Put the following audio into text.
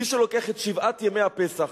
מי שלוקח את שבעת ימי הפסח,